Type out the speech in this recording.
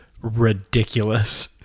Ridiculous